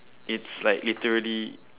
it's like literally